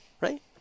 right